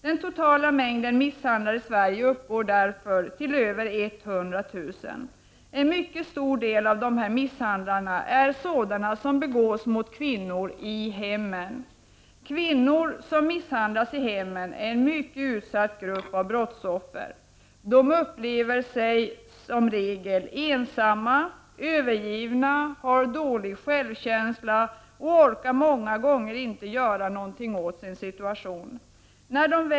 Det totala antalet fall av misshandel uppgår därmed till över 100000. En mycket stor del av dessa fall av misshandel begås mot kvinnor i hemmen. Kvinnor som misshandlas i hemmen är en mycket utsatt grupp av brottsoffer. De upplever sig som regel som ensamma och övergivna, och de har dålig självkänsla och orkar många gånger inte göra något åt sin situation.